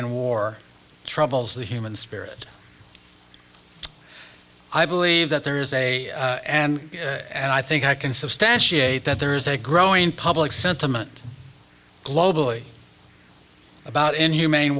and war troubles the human spirit i believe that there is a and and i think i can substantiate that there is a growing public sentiment globally about inhumane